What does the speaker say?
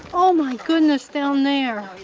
ah oh, my goodness. down there.